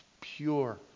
Pure